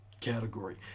category